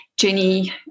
Jenny